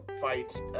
fights